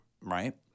right